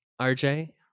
RJ